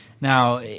Now